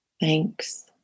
Thanks